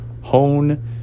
hone